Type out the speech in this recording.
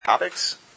Topics